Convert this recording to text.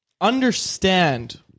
understand